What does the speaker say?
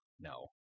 No